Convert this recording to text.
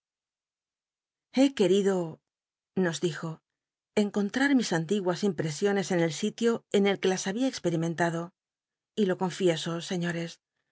querido nos dijo encontrar mis antiguas impresiones en el sitio en que las habia cxpel'imcnl ado y lo confieso